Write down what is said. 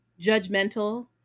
judgmental